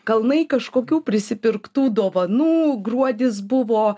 kalnai kažkokių prisipirktų dovanų gruodis buvo